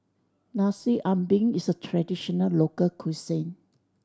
Nasi Ambeng is a traditional local cuisine